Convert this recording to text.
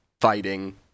fighting